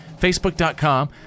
facebook.com